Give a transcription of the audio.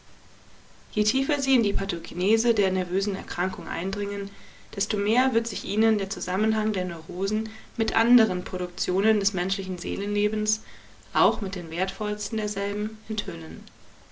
je tiefer sie in die pathogenese der nervösen erkrankung eindringen desto mehr wird sich ihnen der zusammenhang der neurosen mit anderen produktionen des menschlichen seelenlebens auch mit den wertvollsten derselben enthüllen